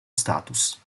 status